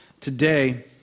Today